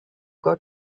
got